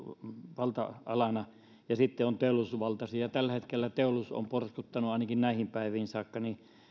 valta alana ja sitten on teollisuusvaltaisia ja tällä hetkellä teollisuus on porskuttanut ainakin näihin päiviin saakka